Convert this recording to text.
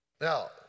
Now